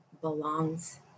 belongs